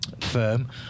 firm